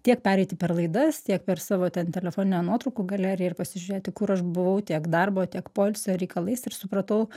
tiek pereiti per laidas tiek per savo ten telefone nuotraukų galeriją ar pasižiūrėti kur aš buvau tiek darbo tiek poilsio reikalais ir supratau